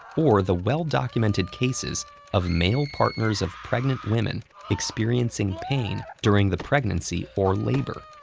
or the well-documented cases of male partners of pregnant women experiencing pain during the pregnancy or labor.